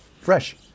Fresh